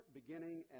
beginning